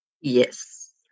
yes